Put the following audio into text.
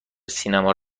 سینما